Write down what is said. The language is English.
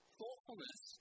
Thoughtfulness